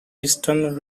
eastern